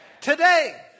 Today